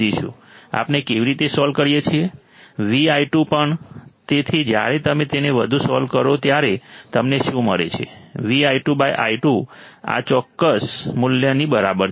V i2 પણ તેથી જ્યારે તમે તેને વધુ સોલ્વ કરો ત્યારે તમને શું મળે છે V i2 i 2 આ ચોક્કસ મૂલ્યની બરાબર છે